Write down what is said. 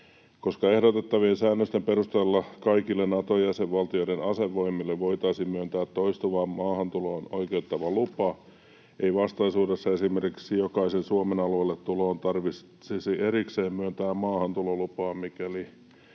ehdotettavien säännösten perusteella kaikille Naton jäsenvaltioiden asevoimille voitaisiin myöntää toistuvaan maahantuloon oikeuttava lupa, ei vastaisuudessa esimerkiksi jokaiseen Suomen alueelle tuloon tarvitsisi erikseen myöntää maahantulolupaa, mikäli